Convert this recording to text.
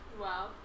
Wow